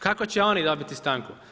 Kako će oni dobiti stanku.